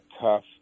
tough